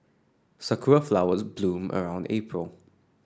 sakura flowers bloom around April